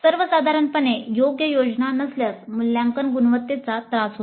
सर्वसाधारणपणे योग्य योजना नसल्यास मूल्यांकन गुणवत्तेचा त्रास होतो